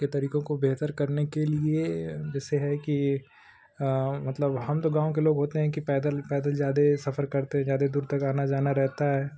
के तरीकों को बेहतर करने के लिए जैसे है कि मतलब हम तो गाँव के लोग होते हैं कि पैदल पैदल ज़्यादा सफ़र करते ज़्यादा दूर तक आना जाना रहता है